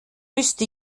müsste